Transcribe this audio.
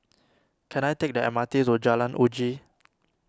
can I take the M R T to Jalan Uji